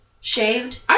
Shaved